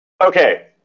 Okay